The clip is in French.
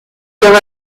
leur